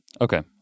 Okay